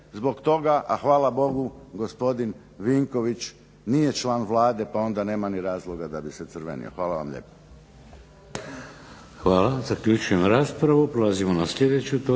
zbog toga, a hvala Bogu gospodin Vinković nije član Vlade pa onda nema ni razloga da bi se crvenio. Hvala vam lijepo.